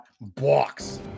box